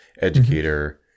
educator